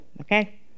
okay